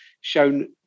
shown